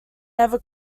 never